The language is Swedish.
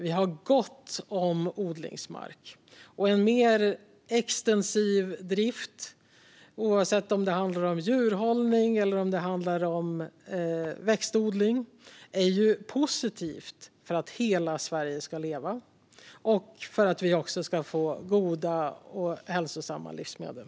Vi har gott om odlingsmark. En mer extensiv drift, oavsett om det handlar om djurhållning eller växtodling, är positivt för att hela Sverige ska leva och för att vi också ska få goda och hälsosamma livsmedel.